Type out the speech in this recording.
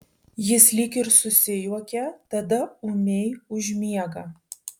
jis lyg ir susijuokia tada ūmiai užmiega